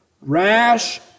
rash